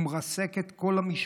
הוא מרסק את כל המשפחה.